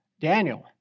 Daniel